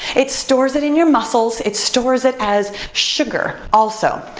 it stores it in your muscles, it stores it as sugar also.